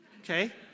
okay